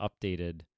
updated